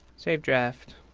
save draft.